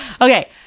Okay